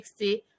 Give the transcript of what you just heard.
60